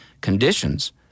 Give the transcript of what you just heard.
Conditions